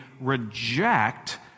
reject